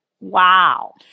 wow